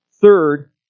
Third